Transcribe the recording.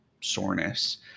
soreness